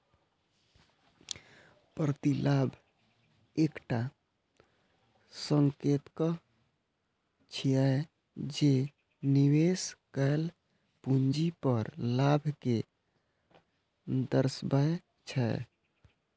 प्रतिलाभ एकटा संकेतक छियै, जे निवेश कैल पूंजी पर लाभ कें दर्शाबै छै